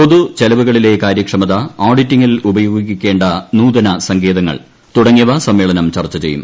പൊതു ചെലവുകളിലെ കാര്യക്ഷമത ഓഡിറ്റിംഗിൽ ഉപയോഗിക്കേണ്ട നൂതന സങ്കേതങ്ങൾ തുടങ്ങിയവ സമ്മേളനം ചർച്ച ചെയ്യും